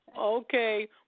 Okay